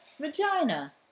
vagina